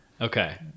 Okay